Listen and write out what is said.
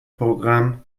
programm